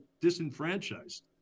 disenfranchised